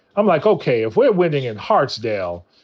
i'm like, okay, if we're winning in hartsdale,